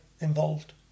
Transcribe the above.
involved